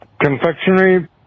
confectionery